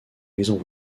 maisons